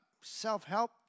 self-help